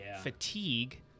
fatigue